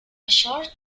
short